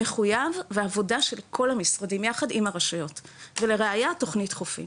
מחויב ועבודה של כל המשרדים יחד עם הרשויות ולראיה תוכנית "חופים",